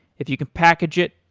if you can package it,